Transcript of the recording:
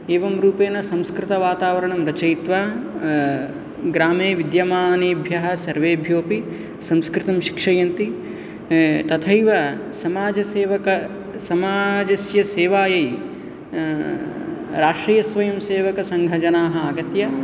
एवं रूपेण संस्कृतवातावरणं रचयित्वा ग्रामे विद्यमानेभ्यः सर्वेभ्यो अपि संस्कृतं शिक्षयन्ति तथैव समाजसेवक समाजस्य सेवायैः राष्ट्रियस्वयम्सेवकसङ्घजनाः आगत्य